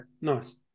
nice